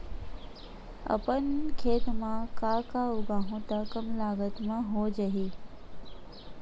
अपन खेत म का का उगांहु त कम लागत म हो जाही?